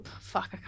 fuck